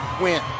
win